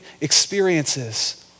experiences